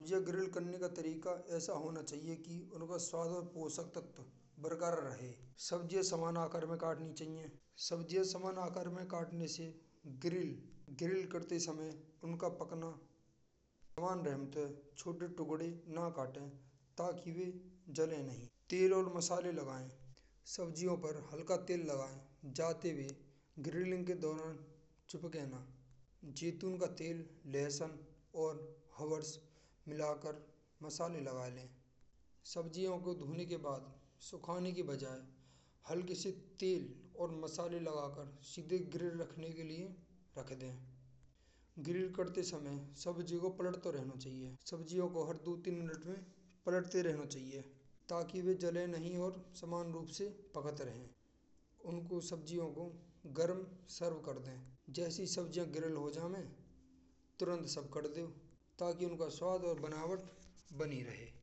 या ग्रिल करणे का तरीका ऐसा होनॆ चाहिए। कि उन्को सदर पोशाक तत्व बकरार रहॆ। सब्जियाँ समान आकार में काटणी चाहिए। सब्जियाँ समान आकार में काटने से ग्रिल ग्रिल कराते समय उन्का पकाना आसान रहते। छोटे टुकडे ना काटे ताकि वे जले नहीं। तेल और मसाले लगाएं। सब्जियाँ पर हल्का तेल लगते जाते हुए ग्रिलिन के दौरान चुपके ना। जैतून का तेल लहसुन और हवास मिलाकर मसाले लगा लें। सब्जियों को धोने के खराब सुखाने की बजाय हल्की सी तेल और मसाला लगाकर सीधे ग्रिल रखने के लिए रख दे। सब्जी को पलट तॊ रहना चाहिये सब्जियों को हर दो-तीन मिनिट में पलटॆ रहना चाहिये ताकि वह जले नहीं और समान रूप से पकते रहॆं। उनको सब्जियों को गरम सॆव कर दॆ। जैसे ये सब्जियाँ ग्रिल हो जाएँ। तुरंत सॆर्व कर दॊ ताकि उन्का स्वाद और बनावट बनी रहॆ।